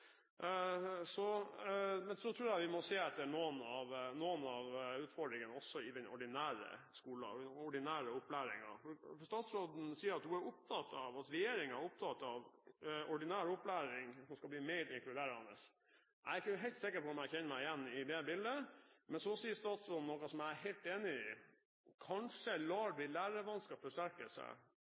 Men så tror jeg også vi må se etter noen av utfordringene i den ordinære opplæringen. Statsråden sa at hun og regjeringen er opptatt av ordinær opplæring, og at den skal bli inkluderende. Jeg er ikke helt sikker på om jeg kjenner meg igjen i det bildet. Men så sa statsråden noe jeg er helt enig i: Kanskje lar vi lærevansker forsterke seg